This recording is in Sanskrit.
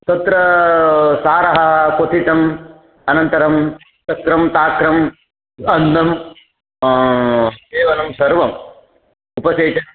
तत्र सारः क्वथितः अनन्तरं तत्र तक्रम् अन्नं सेवनं सर्वम् उपविशति